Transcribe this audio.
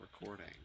recording